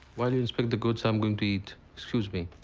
while you inspect the goods, i'm going to eat. excuse me.